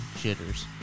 Jitters